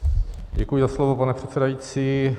Děkuji za slovo, pane předsedající.